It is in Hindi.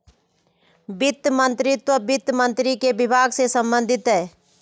वित्त मंत्रीत्व वित्त मंत्री के विभाग से संबंधित है